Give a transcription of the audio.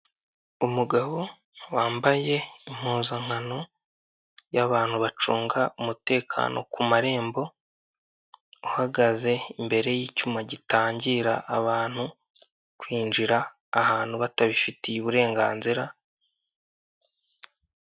Umugabo wambaye impuzankano y'abantu bacunga umutekano ku marembo, uhagaze imbere y'icyuma gitangira abantu kwinjira ahantu batabifitiye uburenganzira.